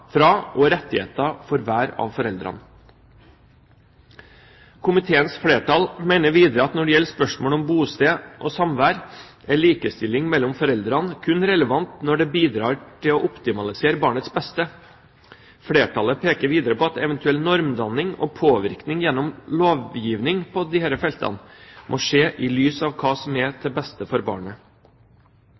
når det gjelder spørsmål om bosted og samvær, er likestilling mellom foreldrene kun relevant når det bidrar til å optimalisere barnets beste. Flertallet peker videre på at en eventuell normdanning og påvirkning gjennom lovgivning på disse feltene må skje i lys av hva som er til beste for barnet.